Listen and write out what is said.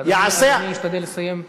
אדוני ישתדל לסיים.